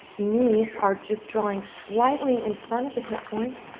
knees are just drawing slightly in front of the hip points,